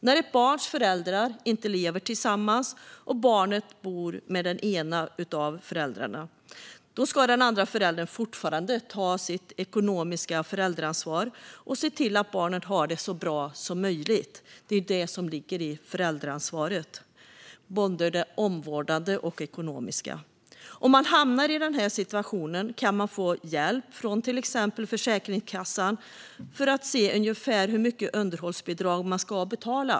När ett barns föräldrar inte lever tillsammans och barnet bor med den ena av föräldrarna ska den andra föräldern fortfarande ta sitt ekonomiska föräldraansvar och se till att barnet har det så bra som möjligt. Det ligger i föräldraansvaret, både det omvårdande och det ekonomiska. Om man hamnar i den situationen kan man få hjälp från till exempel Försäkringskassan med att se ungefär hur mycket underhållsbidrag man ska betala.